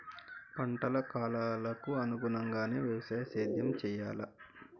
పంటల కాలాలకు అనుగుణంగానే వ్యవసాయ సేద్యం చెయ్యాలా?